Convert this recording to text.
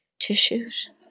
tissues